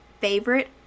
Favorite